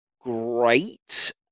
great